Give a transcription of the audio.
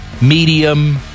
medium